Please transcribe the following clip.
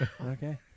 okay